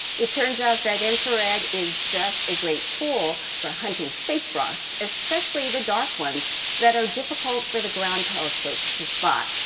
it turns out that infrared is just a great tool for hunting space rocks, especially the dark ones that are difficult for the ground telescopes to spot.